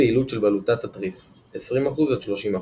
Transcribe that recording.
תת-פעילות של בלוטת התריס 20%–30%